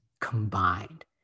combined